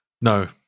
No